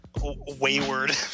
Wayward